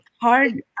hard